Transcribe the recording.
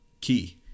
key